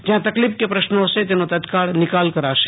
જયાં તકલીફ કે પ્રશ્નો છે તેનો તત્કાળ નિકાલ કરાશે